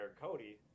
Cody